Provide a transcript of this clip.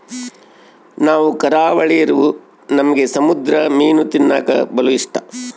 ನಾವು ಕರಾವಳಿರೂ ನಮ್ಗೆ ಸಮುದ್ರ ಮೀನು ತಿನ್ನಕ ಬಲು ಇಷ್ಟ